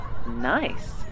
Nice